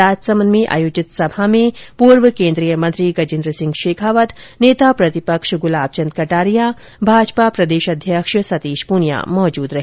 राजसमंद में आयोजित सभा में पूर्व केन्द्रीय मंत्री गजेन्द्र सिंह शेखावत नेता प्रतिपक्ष गुलाबचंद कटारिया भाजपा प्रदेश अध्यक्ष सतीश पूनिया मौजूद रहे